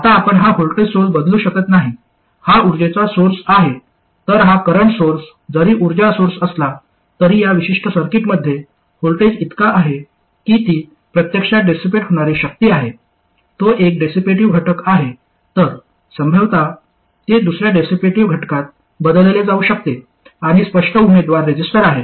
आता आपण हा व्होल्टेज सोर्स बदलू शकत नाही हा उर्जेचा सोर्स आहे तर हा करंट सोर्स जरी उर्जा सोर्स असला तरी या विशिष्ट सर्किटमध्ये व्होल्टेज इतका आहे की ती प्रत्यक्षात डेसीपेट होणारी शक्ती आहे तो एक डेसीपेटीव घटक आहे तर संभाव्यतः ते दुसर्या डेसीपेटीव घटकात बदलले जाऊ शकते आणि स्पष्ट उमेदवार रेजिस्टर आहे